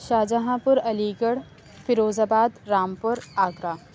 شاہ جہاں پور Aligarh Firozabad Rampur Agra